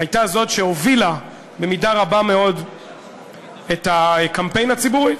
הייתה זאת שהובילה במידה רבה מאוד את הקמפיין הציבורי,